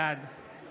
בעד